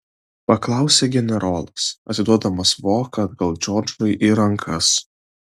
paklausė generolas atiduodamas voką atgal džordžui į rankas